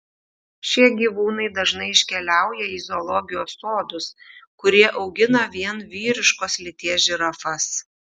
šie gyvūnai dažnai iškeliauja į zoologijos sodus kurie augina vien vyriškos lyties žirafas